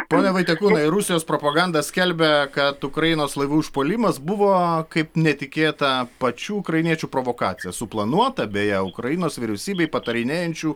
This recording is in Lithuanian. pone vaitiekūnai rusijos propaganda skelbia kad ukrainos laivų užpuolimas buvo kaip netikėta pačių ukrainiečių provokacija suplanuota beje ukrainos vyriausybei patarinėjančių